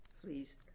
please